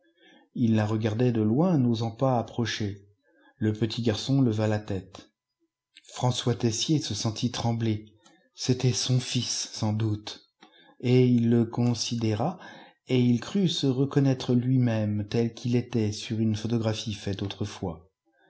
ii la regardait de loin n'osant pas approcher le petit garçon leva la tête françois tessier se sentit trembler c'était son fils sans doute et il le considéra et il crut se re connaître lui-même tel qu'il était sur une photocrraphie faite autrefois